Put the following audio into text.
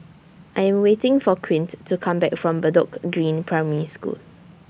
I Am waiting For Quint to Come Back from Bedok Green Primary School